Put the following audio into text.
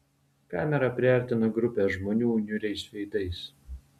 kamera priartino grupę žmonių niūriais veidais